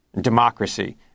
democracy